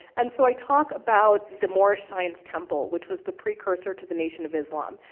and so i talk about the moorish science temple, which was the precursor to the nation of islam,